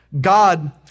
God